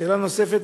שאלה נוספת,